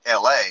LA